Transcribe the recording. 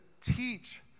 teach